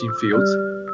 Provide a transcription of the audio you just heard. fields